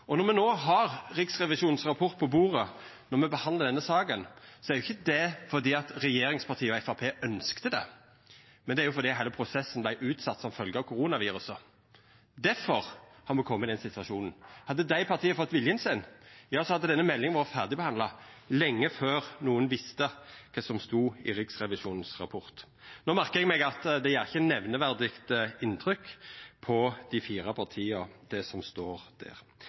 Og når me no har Riksrevisjonens rapport på bordet når me behandlar denne saka, er jo ikkje det fordi regjeringspartia og Framstegspartiet ønskte det, men fordi heile prosessen vart utsett som følgje av koronaviruset. Difor har me kome i den situasjonen. Hadde desse partia fått viljen sin, hadde denne meldinga vore ferdigbehandla lenge før nokon visste kva som stod i Riksrevisjonens rapport. No merkar eg meg at det ikkje gjer nemneverdig inntrykk på dei fire partia, det som står der.